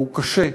והוא קשה,